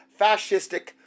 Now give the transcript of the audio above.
fascistic